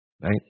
Right